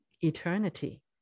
eternity